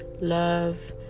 love